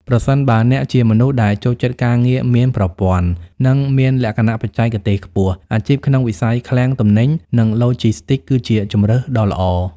ប្រសិនបើអ្នកជាមនុស្សដែលចូលចិត្តការងារមានប្រព័ន្ធ និងមានលក្ខណៈបច្ចេកទេសខ្ពស់ អាជីពក្នុងវិស័យឃ្លាំងទំនិញ និងឡូជីស្ទីកគឺជាជម្រើសដ៏ល្អ។